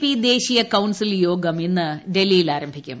P ദേശീയ council യോഗം ഇന്ന് ഡൽഹിയിൽ ആരംഭിക്കും